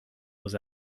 was